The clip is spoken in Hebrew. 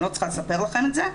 אני לא צריכה לספר לכם את זה.